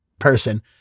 person